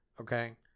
okay